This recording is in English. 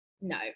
no